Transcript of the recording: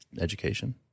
education